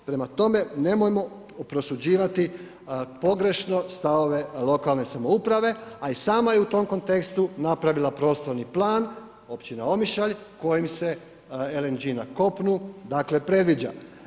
Prema tome, nemojmo prosuđivati pogrešno stavove lokalne samouprave, a i sama je u tom kontekstu napravila prostorni plan, općina Omišalj, kojim se LNG na kopnu predviđa.